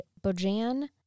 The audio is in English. Bojan